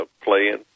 playing